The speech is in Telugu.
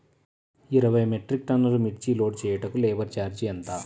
ఇరవై మెట్రిక్ టన్నులు మిర్చి లోడ్ చేయుటకు లేబర్ ఛార్జ్ ఎంత?